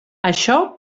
això